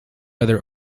other